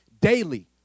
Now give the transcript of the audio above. daily